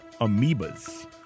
amoebas